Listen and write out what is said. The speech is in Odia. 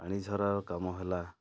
ପାଣି ଝରାର କାମ ହେଲା